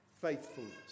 faithfulness